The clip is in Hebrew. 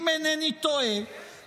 אם אינני טועה,